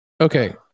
Okay